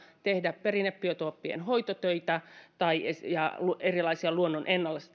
että tehdä perinnebiotooppien hoitotöitä tai erilaisia luonnon